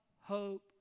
hope